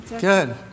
Good